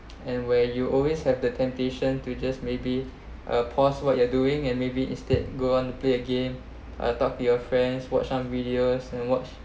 and where you always have the temptation to just maybe a pause what you're doing and maybe instead go on and play a game uh talk to your friends watch some videos and watch